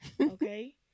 okay